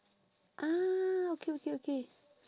ah okay okay okay